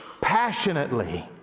passionately